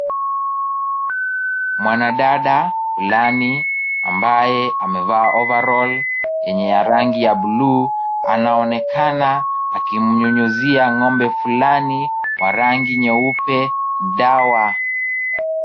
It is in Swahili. Mwanadada fulani ambaye amevaa overall yenye rangi ya buluu, anaonekana akimnyunyizia ng'ombe fulani wa rangi nyeupe dawa.